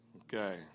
Okay